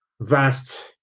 vast